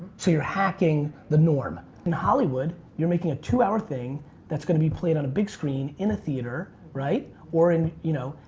so you're hacking the norm. in hollywood, you're making a two-hour thing that's gonna be played on a big screen in a theater, right, or in, you know,